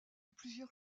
plusieurs